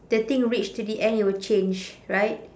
the thing reach to the end it will change right